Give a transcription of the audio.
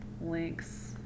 links